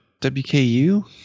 WKU